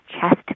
chest